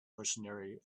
mercenary